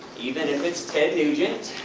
even if it's ted nugent.